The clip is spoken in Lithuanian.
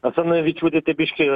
asanavičiūtė tai biški